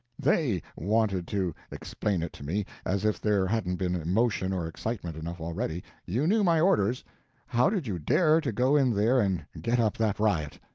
they wanted to explain it to me as if there hadn't been emotion or excitement enough already. you knew my orders how did you dare to go in there and get up that riot?